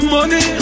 Money